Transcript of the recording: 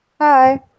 Hi